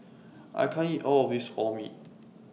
I can't eat All of This Orh Nee